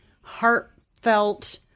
heartfelt